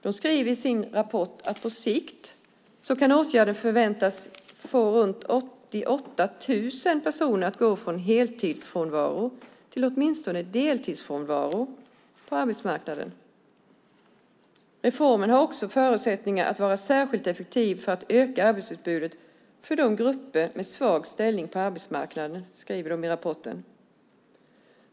De skriver i sin rapport att på sikt kan åtgärden förväntas få runt 88 000 personer att gå från heltidsfrånvaro till åtminstone deltidsfrånvaro på arbetsmarknaden. Reformen har också förutsättningar att vara särskilt effektiv för att öka arbetsutbudet för grupper med svag ställning på arbetsmarknaden, skriver de i rapporten.